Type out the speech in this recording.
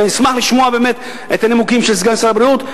ואני אשמח לשמוע באמת את הנימוקים של סגן שר הבריאות,